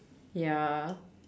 ya